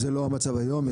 זה לא המצב היום,